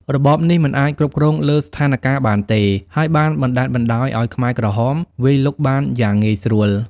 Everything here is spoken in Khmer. របបនេះមិនអាចគ្រប់គ្រងលើស្ថានការណ៍បានទេ ហើយបានបណ្តែតបណ្តោយឲ្យខ្មែរក្រហមវាយលុកបានយ៉ាងងាយស្រួល។